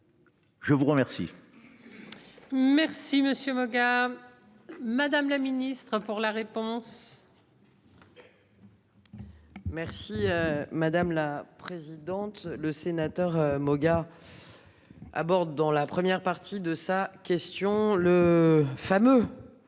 Je vous remercie. Merci monsieur Maugars. Madame la Ministre pour la réponse. Merci. Madame la présidente, le sénateur Moga. Aborde dans la première partie de sa question. Le fameux.